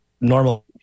normal